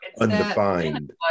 undefined